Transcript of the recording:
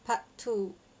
part two